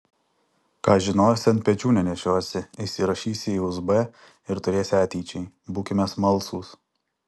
ką žinosi ant pečių nenešiosi įsirašysi į usb ir turėsi ateičiai būkime smalsūs